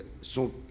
sont